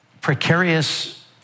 precarious